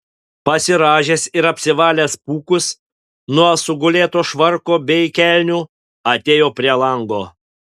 pasirąžęs ir apsivalęs pūkus nuo sugulėto švarko bei kelnių atėjo prie lango